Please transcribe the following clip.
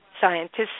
scientists